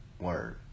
word